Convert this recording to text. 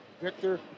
Victor